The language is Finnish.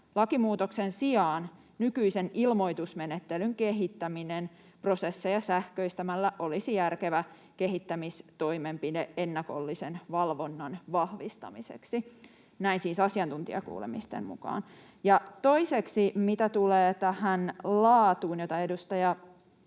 Lakimuutoksen sijaan nykyisen ilmoitusmenettelyn kehittäminen prosesseja sähköistämällä olisi järkevä kehittämistoimenpide ennakollisen valvonnan vahvistamiseksi. Näin siis asiantuntijakuulemisten mukaan. Toiseksi, mitä tulee laatuun, jota edustaja Kemppi